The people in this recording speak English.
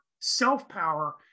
self-power